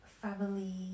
Family